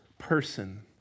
person